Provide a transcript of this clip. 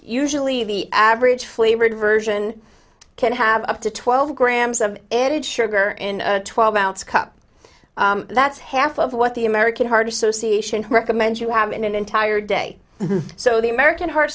usually the average flavored version can have up to twelve grams of added sugar in a twelve ounce cup that's half of what the american heart association recommends you have in an entire day so the american heart